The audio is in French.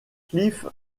cliff